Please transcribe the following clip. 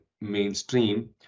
mainstream